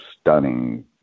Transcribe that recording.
stunning